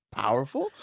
powerful